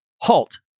Halt